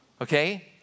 okay